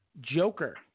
Joker